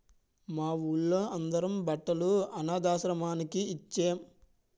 మా వూళ్ళో అందరం బట్టలు అనథాశ్రమానికి ఇచ్చేం